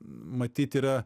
matyt yra